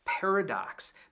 paradox